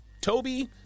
Toby